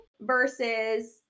versus